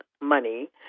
money